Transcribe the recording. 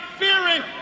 fearing